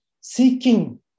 seeking